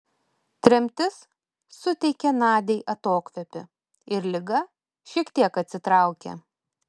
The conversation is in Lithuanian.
tremtis suteikė nadiai atokvėpį ir liga šiek tiek atsitraukė